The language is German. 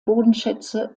bodenschätze